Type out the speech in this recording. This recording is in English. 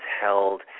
held